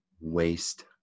waste